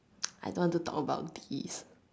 I don't want to talk about this